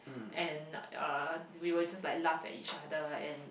and uh we will just like laugh at each other and